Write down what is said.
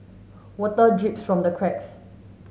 water drips from the cracks